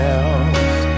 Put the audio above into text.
else